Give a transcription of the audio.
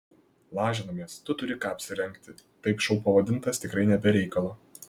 lažinamės tu turi ką apsirengti taip šou pavadintas tikrai ne be reikalo